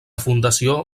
fundació